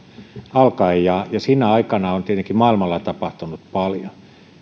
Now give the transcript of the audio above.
alkaen ja sinä aikana on tietenkin maailmalla tapahtunut paljon